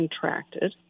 contracted